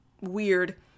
weird